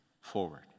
forward